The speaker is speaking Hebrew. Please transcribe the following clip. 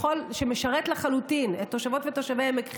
שמשרת לחלוטין את תושבות ותושבי עמק חפר,